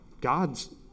God's